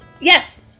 Yes